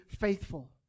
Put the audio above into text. faithful